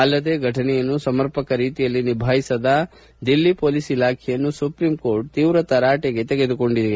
ಅಲ್ಲದೇ ಫಟನೆಯನ್ನು ಸಮರ್ಪಕ ರೀತಿಯಲ್ಲಿ ನಿಭಾಯಿಸದ ದಿಲ್ಲಿ ಪೊಲೀಸ್ ಇಲಾಖೆಯನ್ನು ಸುಪ್ರೀಂ ಕೋರ್ಟ್ ತೀವ್ರ ತರಾಟೆಗೆ ತೆಗೆದುಕೊಂಡಿದೆ